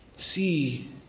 see